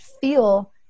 feel